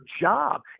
job